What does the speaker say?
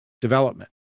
development